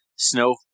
Snow